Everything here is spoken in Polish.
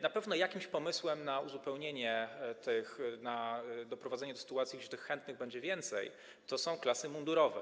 Na pewno jakimś pomysłem na uzupełnienie tego, na doprowadzenie do sytuacji, gdy tych chętnych będzie więcej, są klasy mundurowe.